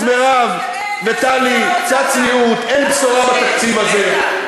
אז מירב וטלי, קצת צניעות, אין בשורה בתקציב הזה.